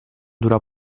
dura